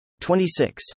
26